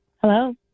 Hello